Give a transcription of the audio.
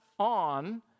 On